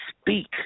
speak